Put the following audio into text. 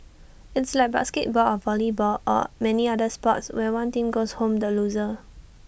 it's like basketball or volleyball or many other sports where one team goes home the loser